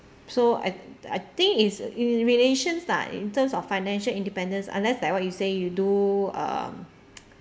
so I I think it's in relations lah in terms of financial independence unless like what you say you do um